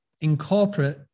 incorporate